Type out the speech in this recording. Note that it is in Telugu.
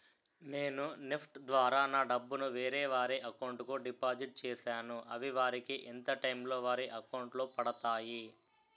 నేను నెఫ్ట్ ద్వారా నా డబ్బు ను వేరే వారి అకౌంట్ కు డిపాజిట్ చేశాను అవి వారికి ఎంత టైం లొ వారి అకౌంట్ లొ పడతాయి?